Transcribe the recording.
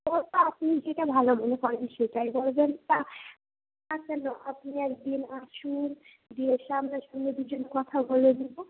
এবার তো আপনি যেটা ভালো মনে করেন সেটাই করবেন তা আচ্ছা না আপনি একদিন আসুন দিয়ে সামনাসামনি দুজনে কথা বলে নেবো